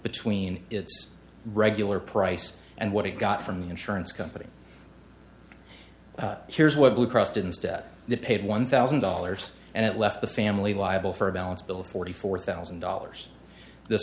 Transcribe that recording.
between its regular price and what it got from the insurance company here's what blue cross didn't stat they paid one thousand dollars and it left the family liable for a balance bill of forty four thousand dollars th